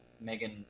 Megan